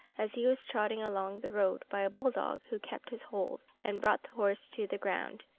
as he was trotting along the road, by a bull-dog, who kept his hold, and brought the horse to the ground.